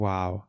Wow